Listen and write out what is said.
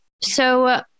So-